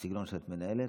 בסגנון השיח שאת מנהלת,